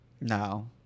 No